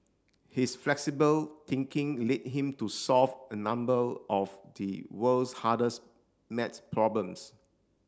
his flexible thinking led him to solve a number of the world's hardest maths problems